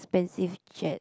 expensive jet